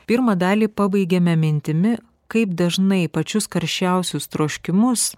pirmą dalį pabaigėme mintimi kaip dažnai pačius karščiausius troškimus